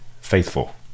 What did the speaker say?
faithful